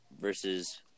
versus